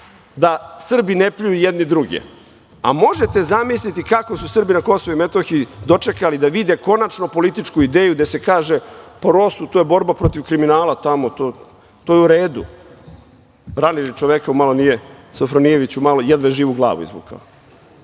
da Srbi ne pljuju jedni druge, a možete zamisliti kako su Srbi na Kosovu i Metohiji dočekali da vide konačno političku ideju gde se kaže – pa ROSU, to je borba protiv kriminala tamo, to je u redu. Ranili čoveka, Sofronijević je jedva živu glavu izvukao. Dakle,